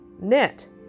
knit